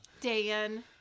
Dan